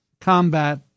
combat